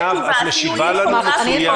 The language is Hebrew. עינב, את משיבה לנו מצוין.